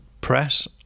press